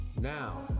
Now